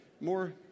more